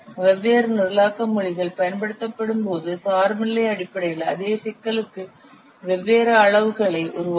வெவ்வேறு நிரலாக்க மொழிகள் பயன்படுத்தப்படும்போது சார்பு நிலை அடிப்படையில் அதே சிக்கலுக்கு வெவ்வேறு அளவுகளை உருவாக்கும்